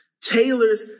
tailors